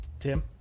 Tim